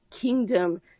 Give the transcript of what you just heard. kingdom